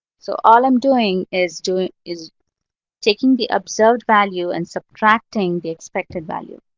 so all i'm doing is doing is taking the observed value and subtracting the expected value.